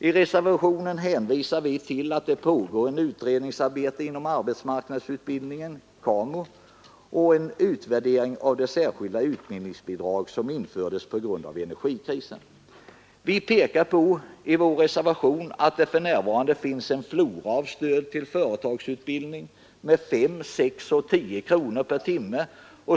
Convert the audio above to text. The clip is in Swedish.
I reservationen hänvisar vi till att det pågår ett utredningsarbete om arbetsmarknadsutbildningen och en utvärdering av det särskilda utbildningsbidrag som infördes på grund av energikrisen. I vår reservation pekar vi på att det för närvarande finns en flora av stöd till företagsutbildning, med 5, 6 och 10 kronor per timme.